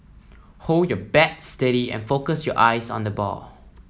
hold your bat steady and focus your eyes on the ball